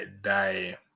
die